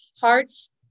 hearts